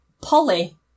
Polly